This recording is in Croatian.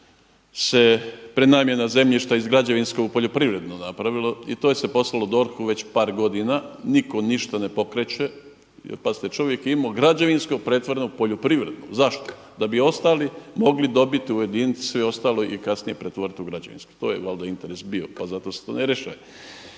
se prenamjena zemljišta iz građevinskog u poljoprivrednu napravilo i to se poslalo DORH-u već par godina, nitko ništa ne pokreće. Pazite čovjek je imao građevinsko pretvoreno u poljoprivredno. Zašto? Da bi ostali mogli dobiti u jedinici ostaloj i kasnije pretvoriti u građevinsku, to je valjda interes bio, pa zato se to …/Govornik